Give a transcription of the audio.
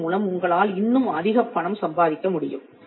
இதன் மூலம் உங்களால் இன்னும் அதிகப் பணம் சம்பாதிக்க முடியும்